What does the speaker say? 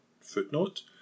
Footnote